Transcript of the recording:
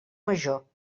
major